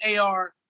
AR